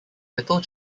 little